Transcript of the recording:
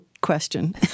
question